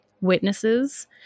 witnesses